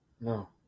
no